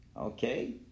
Okay